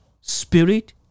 spirit